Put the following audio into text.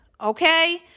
okay